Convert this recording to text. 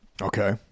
Okay